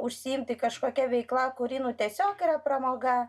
užsiimti kažkokia veikla kuri nu tiesiog yra pramoga